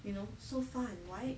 you know so far and wide